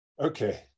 okay